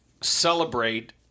celebrate